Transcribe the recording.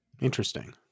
Interesting